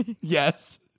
Yes